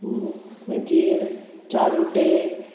मागीर चारुटे